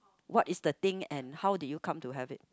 what is thing and how did you come to have it